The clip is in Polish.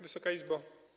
Wysoka Izbo!